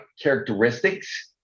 characteristics